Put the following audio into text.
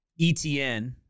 ETN